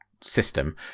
system